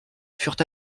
furent